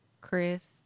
chris